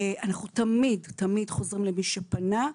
אנחנו תמיד, תמיד חוזרים למי שפנה.